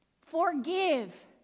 Forgive